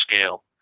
scale